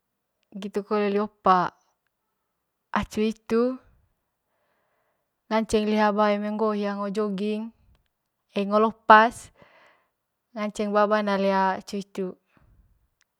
Ngitu kole li opa acu hitu nganceng liha ba eme ngoo hia ngo jogging ngo lopas nganceng ba bana liha acu hitu.